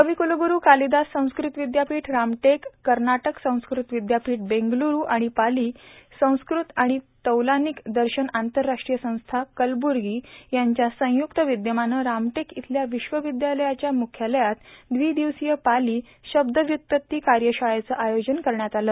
कविकूलगुरू कालिदास संस्कृत विद्यापीठ रामटेक कर्नाटक संस्कृत विद्यापीठ बेंगलुरू आणि पाली संस्कृत आणि तौलनिक दर्शन आंतरराष्ट्रीय संस्था कलबुर्गी यांच्या संयुक्त विद्यमानं रामटेक इथल्या विश्वविद्यालयाच्या मुख्यालयात द्वि दिवसीय पाली शब्दव्युत्पत्ती कार्यशाळेच आयोजन करण्यात आलं